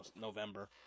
november